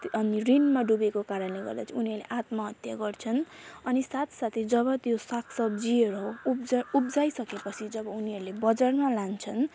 अनि रिनमा डुबेको कारणले गर्दा चाहिँ उनीहरूले आत्महत्या गर्छन् अनि साथ साथै जब त्यो सागसब्जीहरू उब्ज उब्जाइ सकेपछि जब उनीहरूले बजारमा लान्छन्